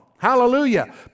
Hallelujah